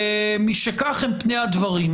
ומשכך הם פני הדברים,